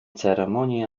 ceremonii